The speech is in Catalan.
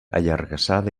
allargassada